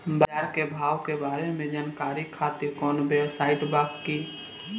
बाजार के भाव के बारे में जानकारी खातिर कवनो वेबसाइट बा की?